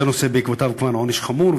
זה נושא בעקבותיו עונש חמור,